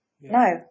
No